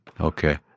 Okay